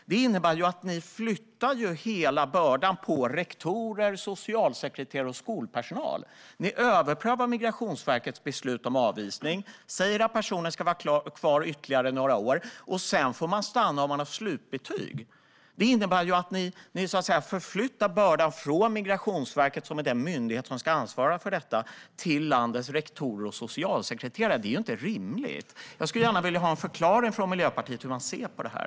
Det innebär att ni flyttar över hela bördan på rektorer, socialsekreterare och skolpersonal. Ni överprövar Migrationsverkets beslut om avvisning och säger att personen ska vara kvar i ytterligare några år. Sedan får man stanna om man har slutbetyg. Det innebär att ni förflyttar bördan från Migrationsverket, som är den myndighet som ska ansvara för detta, till landets rektorer och socialsekreterare. Det är inte rimligt. Jag skulle gärna vilja ha en förklaring från Miljöpartiet till hur man ser på det här.